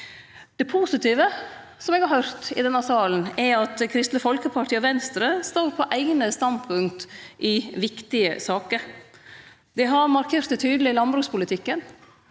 Det positive eg har høyrt i denne salen, er at Kristeleg Folkeparti og Venstre står på eigne standpunkt i viktige saker. Dei har markert det tydeleg i landbrukspolitikken.